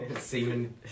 Seaman